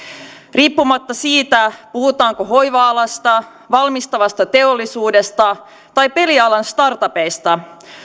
riippumatta siitä puhutaanko hoiva alasta valmistavasta teollisuudesta vai pelialan startupeista